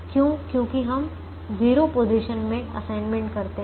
क्यों क्योंकि हम 0 पोजीशन में असाइनमेंट करते हैं